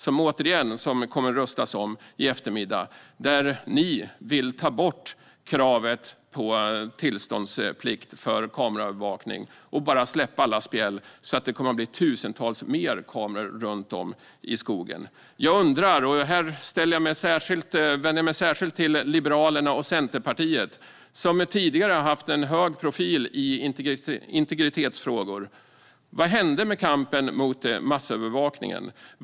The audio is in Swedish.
I eftermiddag kommer det att röstas om ett förslag där ni vill ta bort kravet på tillståndsplikt för kameraövervakning och bara öppna alla spjäll så att det blir tusentals fler kameror runt om i skogen. Jag vänder mig särskilt till Liberalerna och Centerpartiet. Ni har tidigare hållit en hög profil i integritetsfrågor. Vad hände med kampen mot massövervakningen?